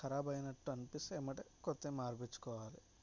కరాబు అయినట్టు అనిపిస్తే వెంటనే కొత్తవి మార్పించు కోవాలి